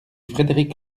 frédéric